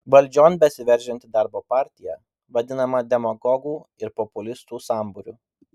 valdžion besiveržianti darbo partija vadinama demagogų ir populistų sambūriu